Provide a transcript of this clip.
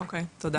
אוקיי תודה.